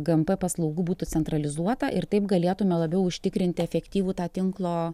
gmp paslaugų būtų centralizuota ir taip galėtume labiau užtikrinti efektyvų tą tinklo